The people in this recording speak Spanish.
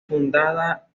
fundada